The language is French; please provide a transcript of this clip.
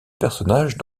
personnage